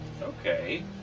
Okay